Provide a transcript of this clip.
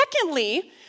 secondly